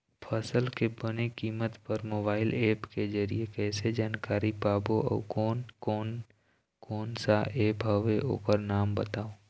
फसल के बने कीमत बर मोबाइल ऐप के जरिए कैसे जानकारी पाबो अउ कोन कौन कोन सा ऐप हवे ओकर नाम बताव?